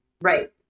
Right